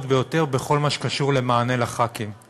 ביותר בכל מה שקשור למענה לחברי כנסת.